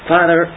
Father